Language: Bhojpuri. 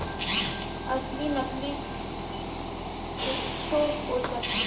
असली नकली कुच्छो हो सकेला